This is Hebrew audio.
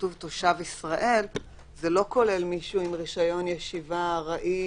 שכתוב תושב ישראל - זה לא כולל מישהו עם רשיון ישיבה ארעי,